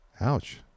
Ouch